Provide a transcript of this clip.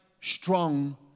strong